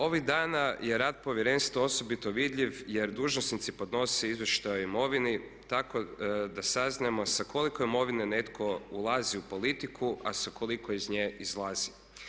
Ovih dana je rad povjerenstva osobito vidljiv jer dužnosnici podnose izvještaj o imovini, tako da saznajemo sa koliko imovine netko ulazi u politiku, a sa koliko iz nje izlazi.